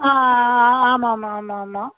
ஆமாம் ஆமாம் ஆமாம் ஆமாம்